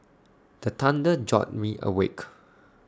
the thunder jolt me awake